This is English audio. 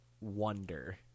wonder